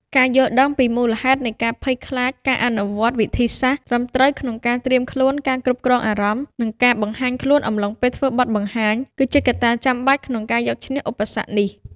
ការយល់ដឹងពីមូលហេតុនៃការភ័យខ្លាច ការអនុវត្តវិធីសាស្ត្រត្រឹមត្រូវក្នុងការត្រៀមខ្លួន ការគ្រប់គ្រងអារម្មណ៍ និងការបង្ហាញខ្លួនអំឡុងពេលធ្វើបទបង្ហាញ គឺជាកត្តាចាំបាច់ក្នុងការយកឈ្នះឧបសគ្គនេះ។